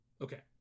Okay